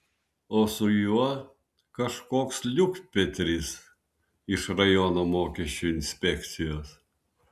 o su juo kažkoks liukpetris iš rajono mokesčių inspekcijos